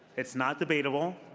it's not debated um